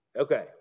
Okay